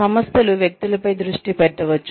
సంస్థలు వ్యక్తులపై దృష్టి పెట్టవచ్చు